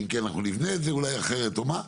ואם כן אנחנו נבנה את זה אולי אחרת או מה,